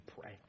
pray